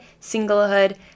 singlehood